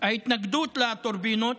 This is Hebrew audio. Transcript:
ההתנגדות לטורבינות,